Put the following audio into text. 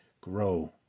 grow